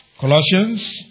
Colossians